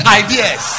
ideas